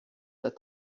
that